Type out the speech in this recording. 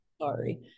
sorry